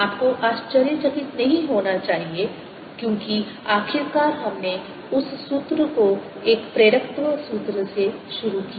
आपको आश्चर्यचकित नहीं होना चाहिए क्योंकि आखिरकार हमने उस सूत्र को एक प्रेरकत्व सूत्र से शुरू किया